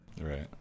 Right